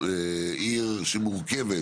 עיר שמורכבת